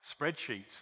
spreadsheets